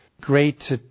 great